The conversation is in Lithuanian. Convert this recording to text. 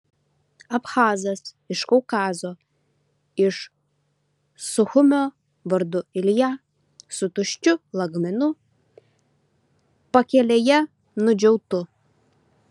abchazas iš kaukazo iš suchumio vardu ilja su tuščiu lagaminu pakelėje nudžiautu